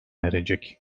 erecek